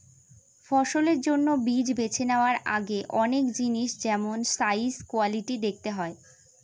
ফসলের জন্য বীজ বেছে নেওয়ার আগে অনেক জিনিস যেমল সাইজ, কোয়ালিটি দেখতে হয়